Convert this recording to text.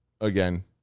again